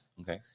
okay